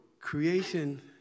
creation